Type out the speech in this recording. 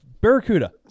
barracuda